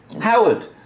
Howard